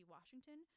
Washington